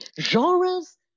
genres